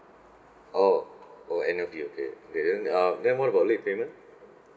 oh oh annual fee okay okay then um then what about late payment